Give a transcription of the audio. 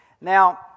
Now